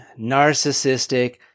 narcissistic